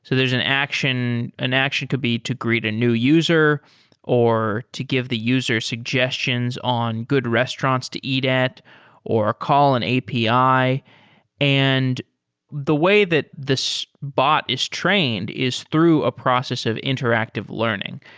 so there's an action. an action could be to greet a new user or to give the user suggestions on good restaurants to eat at or call an api. and the way that this bot is trained is through a process of interactive learning.